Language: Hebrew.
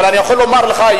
אבל אני יכול לומר לך,